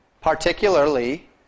particularly